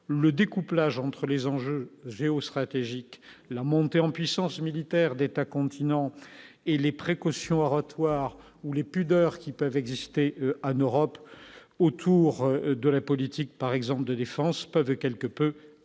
le découplage entre les enjeux géostratégiques, la montée en puissance militaire d'état continent et les précautions oratoires ou les pudeurs qui peuvent exister, Anne Europe autour de la politique par exemple de défense peuvent quelque peu agacé,